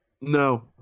No